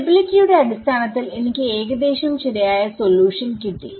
stability യുടെ അടിസ്ഥാനത്തിൽ എനിക്ക് ഏകദേശം ശരിയായ സൊല്യൂഷൻകിട്ടി